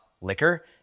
liquor